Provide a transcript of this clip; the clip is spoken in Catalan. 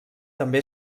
també